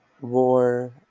War